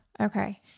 okay